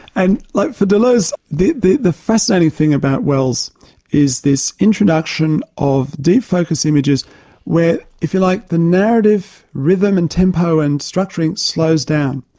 and like for deleuze, the the fascinating thing about welles is this introduction of deep focus images where if you like, the narrative rhythm and tempo and structuring slows down.